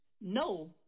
No